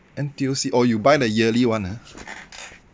N_T_U_C oh you buy the yearly one ah